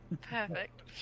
Perfect